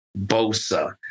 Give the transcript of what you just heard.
Bosa